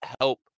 help